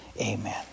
amen